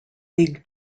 league